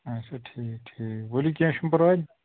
اَچھا ٹھیٖک ٹھیٖک ؤلِو کیٚنٛہہ چھُنہٕ پَرواے